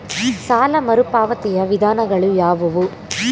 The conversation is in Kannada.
ಸಾಲ ಮರುಪಾವತಿಯ ವಿಧಾನಗಳು ಯಾವುವು?